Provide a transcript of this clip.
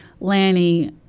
Lanny